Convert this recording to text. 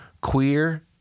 queer